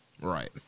Right